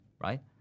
right